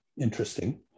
Interesting